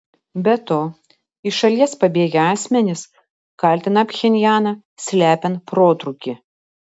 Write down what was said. be to iš šalies pabėgę asmenys kaltina pchenjaną slepiant protrūkį